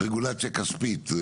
רגולציה כספית.